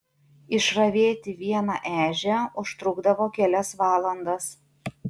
išravėti vieną ežią užtrukdavo kelias valandas